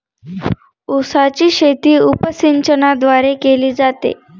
उसाची शेती उपसिंचनाद्वारे केली जाते